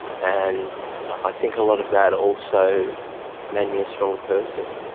and i think a lot of that also made me a stronger person.